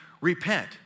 repent